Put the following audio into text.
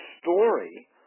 story